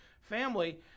family